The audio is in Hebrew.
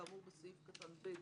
כאמור בסעיף קטן (ב),